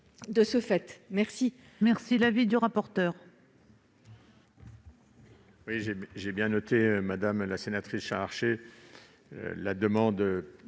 Merci,